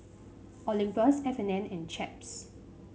Olympus F and N and Chaps